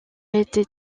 été